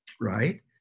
Right